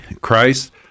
Christ